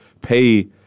pay